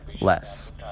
less